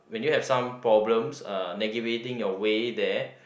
when you have some problems uh navigating your way there